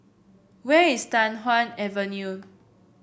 where is Tai Hwan Avenue